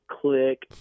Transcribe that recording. click